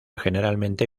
generalmente